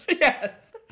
Yes